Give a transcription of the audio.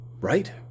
Right